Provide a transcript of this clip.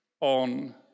on